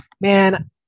man